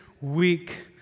weak